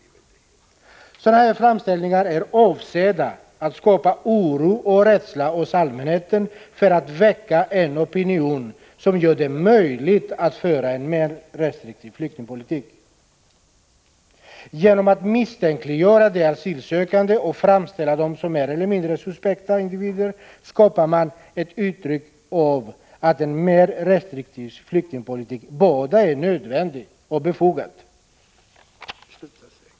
Sådana här framställningar är avsedda att skapa oro och rädsla hos allmänheten för att väcka en opinion som gör det möjligt att föra en mer restriktiv flyktingpolitik. Genom att misstänkliggöra de asylsökande och framställa dem som mer eller mindre suspekta individer skapar man ett intryck av att en mer restriktiv flyktingpolitik är både nödvändig och befogad.